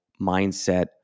mindset